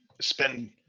spend